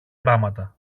πράματα